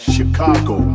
Chicago